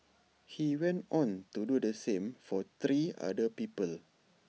he went on to do the same for three other people